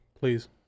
please